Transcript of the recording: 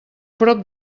prop